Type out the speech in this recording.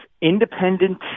independent